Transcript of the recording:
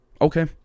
Okay